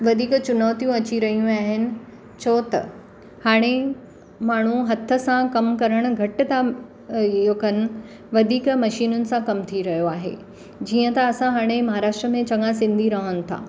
वधीक चुनौतियूं अची रहियूं आहिनि छो त हाणे माण्हू हथ सां कमु करणु घटि था इहो कनि वधीक मशिनुनि सां कमु थी रहियो आहे जीअं त असां हाणे महाराष्ट्र में चङा सिंधी रहनि था